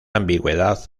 ambigüedad